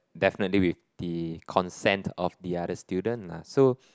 definitely with the consent of the other student lah so